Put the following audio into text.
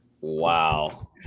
Wow